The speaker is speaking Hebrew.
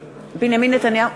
נתניהו,